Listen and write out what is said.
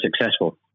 successful